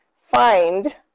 find